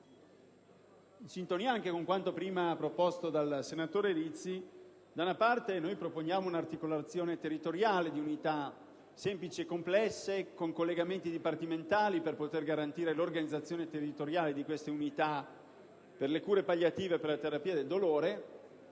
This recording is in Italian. in sintonia anche con quanto prima proposto dal senatore Rizzi, da una parte proponiamo una articolazione territoriale di unità semplici e complesse con collegamenti dipartimentali, per poter garantire l'organizzazione territoriale di queste unità per le cure palliative per la terapia del dolore;